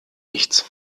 nichts